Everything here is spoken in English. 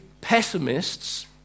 pessimists